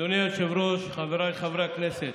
אדוני היושב-ראש, חבריי חברי הכנסת.